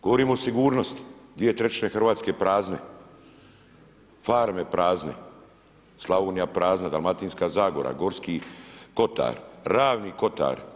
Govorimo o sigurnosti 2/3 Hrvatske prazne, farme prazne, Slavonija prazna, Dalmatinska zagora, Gorski kotar, Ravni kotar.